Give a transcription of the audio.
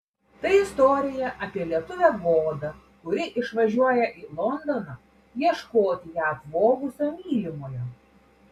tai istorija apie lietuvę godą kuri išvažiuoja į londoną ieškoti ją apvogusio mylimojo